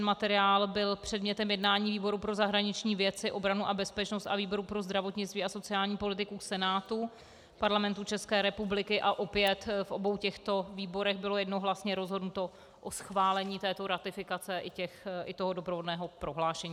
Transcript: Materiál byl rovněž předmětem jednání výboru pro zahraniční věci, obranu a bezpečnost a výboru pro zdravotnictví a sociální politiku Senátu Parlamentu ČR a opět v obou těchto výborech bylo jednohlasně rozhodnuto o schválení této ratifikace i toho doprovodného prohlášení.